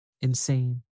Insane